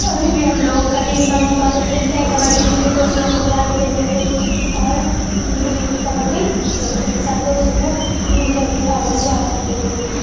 ابھی بھی ہم لوگوں کا بھی من ہوتا ہے تو کھیلتے ہیں کبڈی اپنے دوست لوگ کو بلا لیتے ہیں گھر پہ اور کبڈی کھیلتے ہیں سب دوست ہم لوگ مل کر کے اور مزہ آتا ہے کھیلنے میں